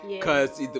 cause